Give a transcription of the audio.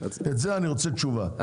את זה אני רוצה תשובה,